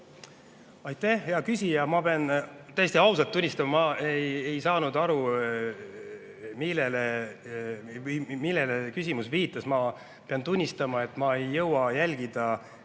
Aitäh, hea küsija! Ma pean täiesti ausalt tunnistama, et ma ei saanud aru, millele küsimus viitas. Ma pean tunnistama, et ma ei jõua kõike